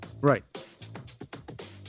Right